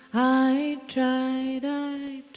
i tried, i